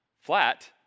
flat